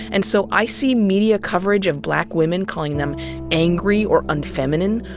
and so i see media coverage of black women, calling them angry or unfeminine,